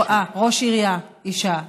אה, ראש עירייה אישה.